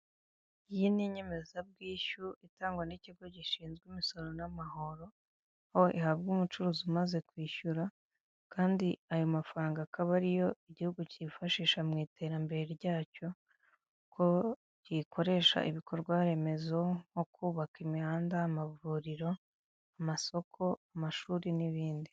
Imodoka ifite ibara ry'umweru yo mu bwoko bwa Hyundai iparitse hamwe nandi mamodoka menshi ifite icyapa cya ndistseho kigali Carizi maketi iparitse imbere yinzu ifite irangi ry'umuhondo n'amadirishya y'umukara na konteneli y'umutuku .